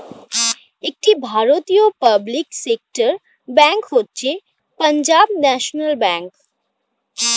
একটি ভারতীয় public sector bank হচ্ছে পাঞ্জাব ন্যাশনাল ব্যাঙ্ক